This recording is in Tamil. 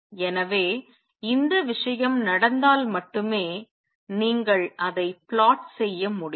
எனவே இந்த விஷயம் நடந்தால் மட்டுமே நீங்கள் அதை சதி செய்ய முடியும்